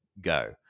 go